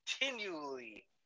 continually